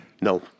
No